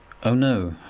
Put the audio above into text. oh, no.